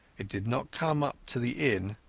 it did not come up to the inn,